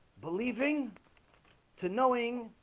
believing to knowing